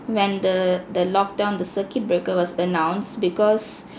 when the the lockdown the circuit breaker was announced because